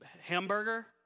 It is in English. hamburger